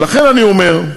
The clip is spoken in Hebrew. ולכן אני אומר,